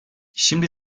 şimdi